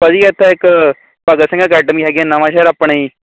ਭਾਅ ਜੀ ਇੱਥੇ ਇੱਕ ਭਗਤ ਸਿੰਘ ਅਕੈਡਮੀ ਹੈਗੀ ਨਵਾਂਸ਼ਹਿਰ ਆਪਣੇ ਜੀ